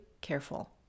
careful